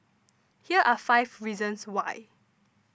here are five reasons why